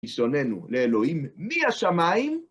בניסיונינו לאלוהים מהשמיים.